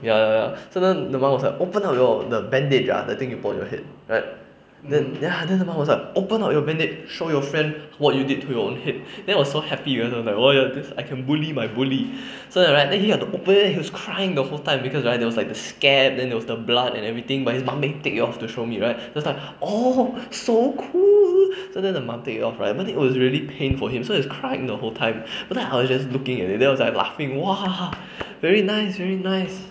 ya ya ya so then the mom was like open up your the bandage ah the thing you put on your head right then then ya the mom was like open up your bandage show your friend what you did to your own head then I was so happy you know like !wah! I can bully my bully so then right then he have to open he's crying the whole time because right there was the scalp there was the blood everything but his mom made him take it off to show me right then I was like oh so cool then his mom take it off right it was really pain for him so he was crying the whole time but then I was just looking at it then I was like laughing !wah! very nice very nice